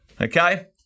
okay